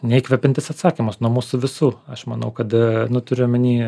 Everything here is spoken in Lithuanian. neįkvepiantis atsakymas nuo mūsų visų aš manau kad nu turiu omeny